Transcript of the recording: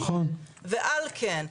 ועל כן,